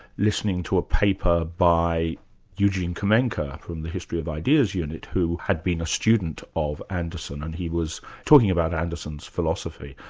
listening to a paper by eugene kamenka from the history of ideas unit, who had been a student of anderson, and he was talking about anderson's philosophy.